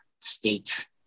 state